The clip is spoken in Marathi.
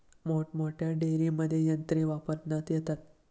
मोठमोठ्या डेअरींमध्ये यंत्रे वापरण्यात येतात